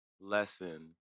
lesson